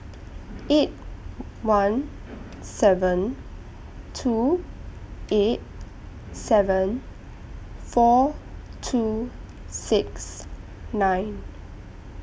eight one seven two eight seven four two six nine